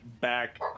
back